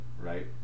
right